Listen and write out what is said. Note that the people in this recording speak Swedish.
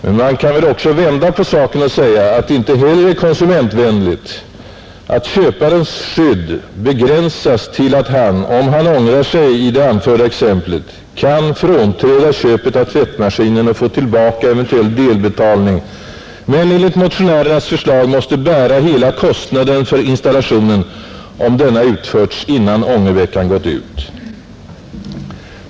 Men man kan väl också vända på saken och säga att det inte heller är konsumentvänligt att köparens skydd begränsas till att han, om han ångrar sig i det anförda exemplet, kan frånträda köpet av tvättmaskinen och få tillbaka eventuell delbetalning men enligt motionärernas förslag måste bära hela kostnaden för installationen, om denna utförts innan ångerveckan gått ut.